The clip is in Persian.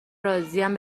راضیم